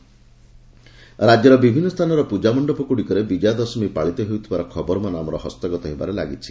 ରାକ୍ୟର ବିଭିନ୍ନ ସ୍ଥାନରେ ପୂଜାମଣ୍ଡପଗୁଡ଼ିକରେ ବିଜୟା ଦଶମି ପାଳିତ ହେଉଥିବାର ଖବରମାନ ଆମର ହସ୍ତଗତ ହେବାରେ ଲାଗିଛି